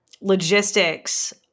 logistics